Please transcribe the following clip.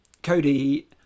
Cody